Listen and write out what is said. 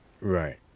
Right